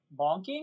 bonking